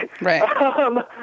Right